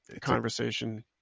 conversation